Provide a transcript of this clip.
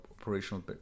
operational